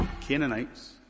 Canaanites